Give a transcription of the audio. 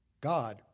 God